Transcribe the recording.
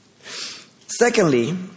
Secondly